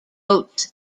boats